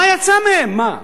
פה-אחד, מה יצא מהן, מה?